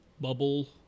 bubble